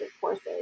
courses